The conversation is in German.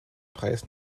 preis